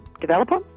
developer